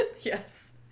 Yes